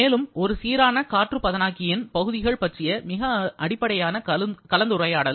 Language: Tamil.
மேலும் ஒரு சீரான காற்றுப் பதனாக்கியின் பகுதிகள் பற்றிய மிக அடிப்படையான கலந்துரையாடல்